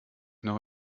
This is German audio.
noch